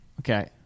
Okay